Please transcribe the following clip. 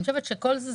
אני חושבת שכל זה,